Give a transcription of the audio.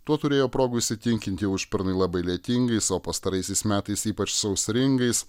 tuo turėjo progų įsitikint jau užpernai labai lietingais o pastaraisiais metais ypač sausringais